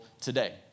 today